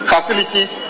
Facilities